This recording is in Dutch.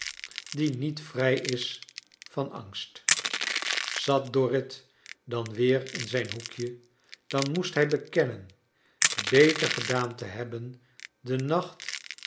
die niet vrij is van angst zat dorrit dan weer in zijn hoekje dan moest hij bekennen beter gedaan te hebben den nacht